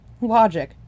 Logic